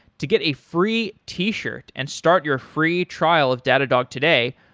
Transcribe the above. to get a free t-shirt and start your free trial of datadog today,